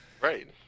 Right